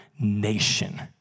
nation